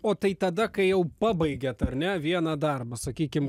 o tai tada kai jau pabaigiat ar ne vieną darbą sakykim